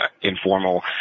informal